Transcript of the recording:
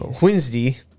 Wednesday